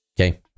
Okay